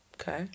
Okay